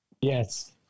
Yes